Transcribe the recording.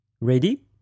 Ready